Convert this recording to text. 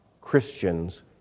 Christians